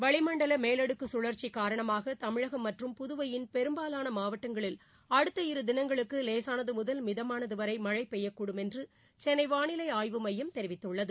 வளிமண்டல மேலடுக்கு சுழற்சி காரணமாக தமிழகம் மற்றும் புதுவையின் பெரும்பாவான மாவட்டங்களில் அடுத்த இரு திளங்களுக்கு லேசானது முதல் மிதமான மழழ பெய்யக்கூடும் என்று சென்னை வானிலை ஆய்வு மையம் தெரிவித்துள்ளது